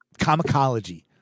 Comicology